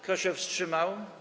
Kto się wstrzymał?